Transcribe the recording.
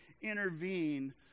intervene